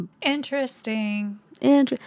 Interesting